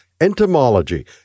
entomology